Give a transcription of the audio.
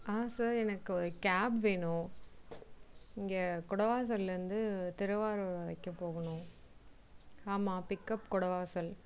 sir எனக்கு cab வேணும் இங்கே குடவாசல்லேருந்து திருவாரூர் வரைக்கும் போகணும் ஆமாம் பிக்கப் குடவாசல்